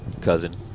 cousin